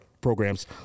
programs